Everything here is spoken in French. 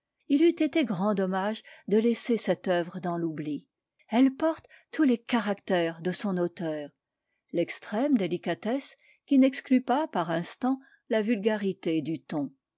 il eût été grand dommage de laisser cette œuvre dans l'oubli elle porte tous les caractères de son auteur l'extrême délicatesse qui n'exclut pas par instants la vulgarité du ton